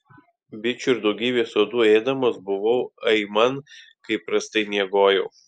bičių ir daugybės uodų ėdamas buvau aiman kaip prastai miegojau